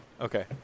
okay